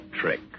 trick